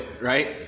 right